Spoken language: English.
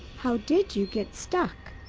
how did you get stuck?